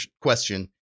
question